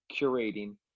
curating